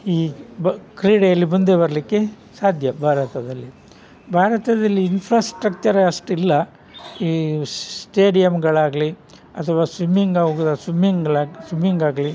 ಈ ಬ ಕ್ರೀಡೆಯಲ್ಲಿ ಮುಂದೆ ಬರಲಿಕ್ಕೆ ಸಾಧ್ಯ ಭಾರತದಲ್ಲಿ ಭಾರತದಲ್ಲಿ ಇನ್ಫ್ರಾಸ್ಟ್ರಕ್ಚರ್ ಅಷ್ಟಿಲ್ಲ ಈ ಸ್ಟೇಡಿಯಂಗಳಾಗಲಿ ಅಥವಾ ಸ್ವಿಮ್ಮಿಂಗ್ ಅವು ಸ್ವಿಮಿಂಗ್ಗಳಾ ಸ್ವಿಮಿಂಗ್ ಆಗಲಿ